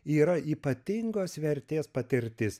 yra ypatingos vertės patirtis